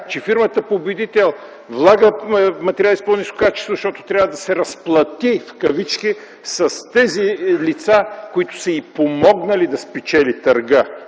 че фирмата победител влага материали с по-ниско качество, защото трябва да се „разплати” с тези лица, които са й помогнали да спечели търга.